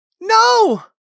No